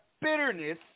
bitterness